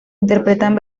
interpretan